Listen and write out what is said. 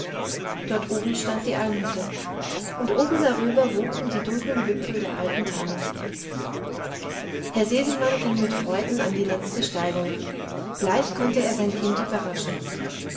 dort oben stand die almhütte und oben darüber wogten die dunkeln wipfel der alten tannen herr sesemann ging mit freuden an die letzte steigung gleich konnte er sein kind überraschen